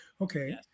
Okay